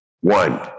one